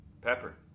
Pepper